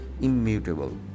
immutable